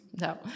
no